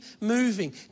moving